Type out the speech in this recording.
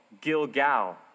Gilgal